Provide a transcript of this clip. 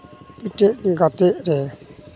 ᱪᱮᱫ ᱜᱟᱛᱮᱜ ᱨᱮ